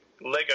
Lego